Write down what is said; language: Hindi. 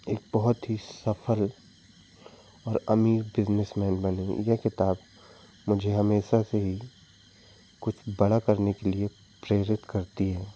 एक बहुत ही सफल और अमीर बिज़नेसमैन बने यह किताब मुझे हमेशा से ही कुछ बड़ा करने के लिए प्रेरित करती है